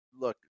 look